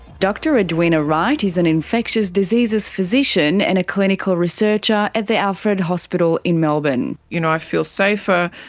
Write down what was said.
dr edwina wright is an infectious diseases physician and a clinical researcher at the alfred hospital in melbourne. you know i feel safer,